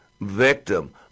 victim